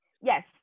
Yes